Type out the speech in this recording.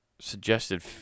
suggested